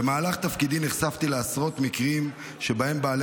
במהלך תפקידי נחשפתי לעשרות מקרים שבהם בעלי